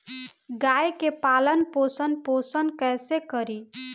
गाय के पालन पोषण पोषण कैसे करी?